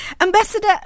Ambassador